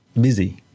busy